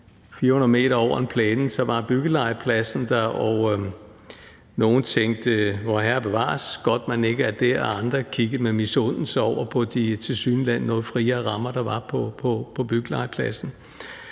400 m over en plæne, og så var byggelegepladsen der. Nogle tænkte: Vorherre bevares, godt, at man ikke er der. Og andre kiggede med misundelse over på de tilsyneladende noget friere rammer, der var på byggelegepladsen.